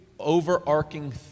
overarching